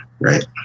right